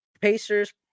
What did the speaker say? Pacers